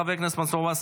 חבר הכנסת מנסור עבאס,